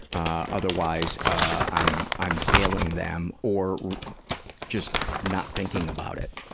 ah otherwise i'm i'm failing them, or just not thinking about it.